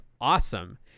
awesome